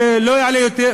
זה לא יעלה יותר,